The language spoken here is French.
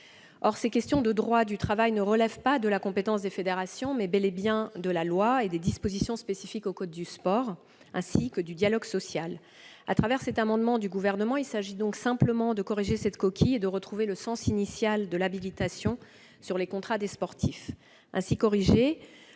Or ces questions de droit du travail relèvent non pas de la compétence des fédérations, mais bel et bien de la loi et des dispositions spécifiques au code du sport, ainsi que du dialogue social. Le Gouvernement propose simplement de corriger cette coquille, pour retrouver le sens initial de l'habilitation sur les contrats des sportifs. Cette